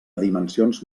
dimensions